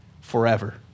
forever